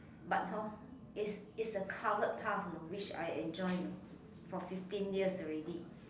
but hor is is a covered path you know which I enjoy you know for fifteen years already